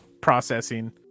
Processing